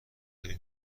خیلی